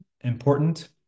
Important